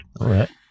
Right